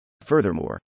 Furthermore